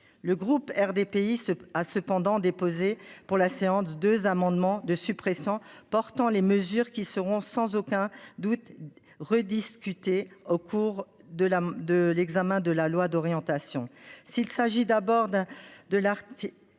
Le groupe RDPI a cependant déposé pour la séance deux amendements de suppression portant les mesures qui seront sans aucun doute rediscuté au cours de la de l'examen de la loi d'orientation s'il s'agit d'abord. De l'Arctique